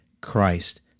Christ